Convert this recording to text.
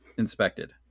inspected